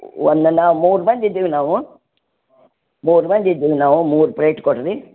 ಒಂದಲ್ಲ ಮೂರು ಮಂದಿ ಇದೀವಿ ನಾವು ಮೂರು ಮಂದಿ ಇದ್ದೀವಿ ನಾವು ಮೂರು ಪ್ಲೇಟ್ ಕೊಡಿರಿ